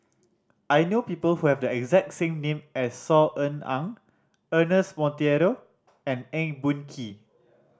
I know people who have the exact same name as Saw Ean Ang Ernest Monteiro and Eng Boh Kee